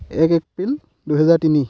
এক এপ্ৰিল দুহেজাৰ তিনি